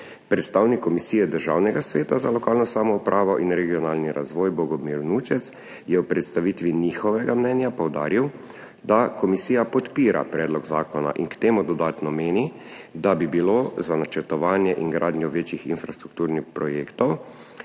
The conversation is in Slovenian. Predstavnik Komisije Državnega sveta za lokalno samoupravo in regionalni razvoj Bogomir Vnučec je v predstavitvi njihovega mnenja poudaril, da komisija podpira predlog zakona in k temu dodatno meni, da bi bilo za načrtovanje in gradnjo večjih infrastrukturnih projektov